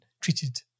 treated